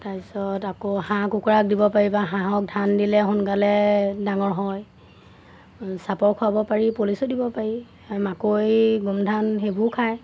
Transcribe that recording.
তাৰপিছত আকৌ হাঁহ কুকৰাক দিব পাৰিবা হাঁহক ধান দিলে সোনকালে ডাঙৰ হয় চাপৰ খুৱাব পাৰি পলিচো দিব পাৰি মাকৈ গোমধান সেইবোৰ খায়